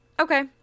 Okay